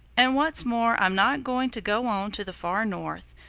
and what's more i'm not going to go on to the far north.